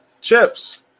Chips